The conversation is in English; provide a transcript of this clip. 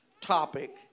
topic